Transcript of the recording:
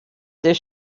this